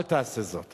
אל תעשה את זה,